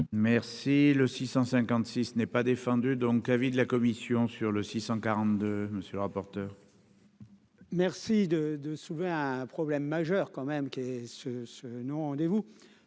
Merci le. 156 n'est pas défendu, donc l'avis de la commission sur le 642 monsieur le rapporteur. Merci de de soulever un problème majeur quand même qui est ce ce nom rendez vous